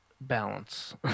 balance